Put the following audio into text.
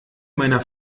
meiner